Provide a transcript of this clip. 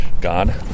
God